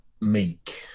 meek